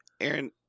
Aaron